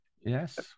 Yes